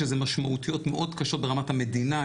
שיש לזה משמעויות מאוד קשות ברמת המדינה,